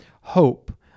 hope